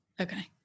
Okay